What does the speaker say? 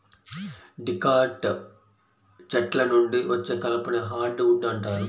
dicot చెట్ల నుండి వచ్చే కలపని హార్డ్ వుడ్ అంటారు